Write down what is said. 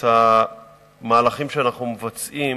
את המהלכים שאנחנו מבצעים,